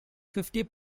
fifty